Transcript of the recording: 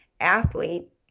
athlete